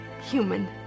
human